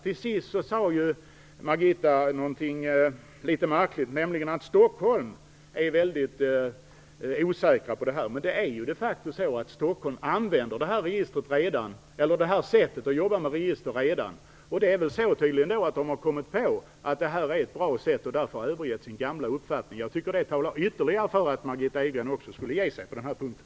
Margitta Edgren sade också någonting märkligt, nämligen att Stockholms kommun är osäker på det här. Men det är ju faktiskt så att Stockholm redan använder det här sättet att jobba med register. Man har väl då upptäckt att det är ett bra sätt och därför övergivit sin gamla uppfattning. Jag tycker att det också talar för att även Margitta Edgren borde ge sig på den här punkten.